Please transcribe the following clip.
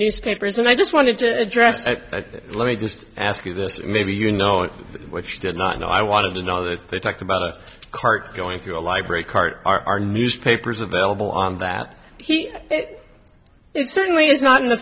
newspapers and i just wanted to address that but let me just ask you this maybe you know what you did not know i wanted another they talked about a cart going through a library card our newspapers available on that he it certainly is not in the